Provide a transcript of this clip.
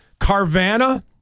Carvana